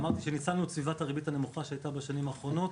אמרתי שניצלנו את הריבית הנמוכה שהייתה בשנים האחרונות